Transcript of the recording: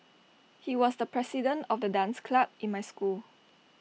he was the president of the dance club in my school